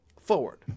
forward